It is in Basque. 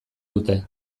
dute